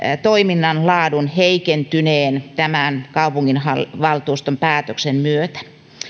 toiminnan laadun heikentyneen tämän kaupunginvaltuuston päätöksen myötä